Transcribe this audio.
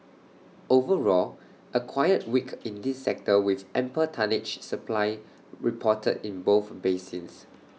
overall A quiet week in this sector with ample tonnage supply reported in both basins